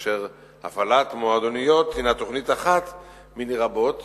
כאשר הפעלת המועדוניות הינה תוכנית אחת מני רבות